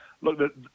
look